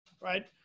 right